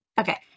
okay